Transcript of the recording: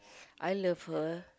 I love her